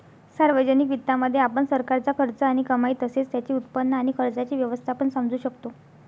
सार्वजनिक वित्तामध्ये, आपण सरकारचा खर्च आणि कमाई तसेच त्याचे उत्पन्न आणि खर्चाचे व्यवस्थापन समजू शकतो